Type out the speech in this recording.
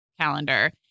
calendar